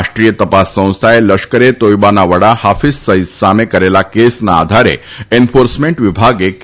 રાષ્ટ્રીય તપાસ સંસ્થાએ લશ્કર એ તોઈબાના વડા હાફીઝ સઈદ સામે કરેલા કેસના આધારે એન્ફોર્સમેન્ટ વિભાગે કેસ કર્યો છે